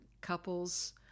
couples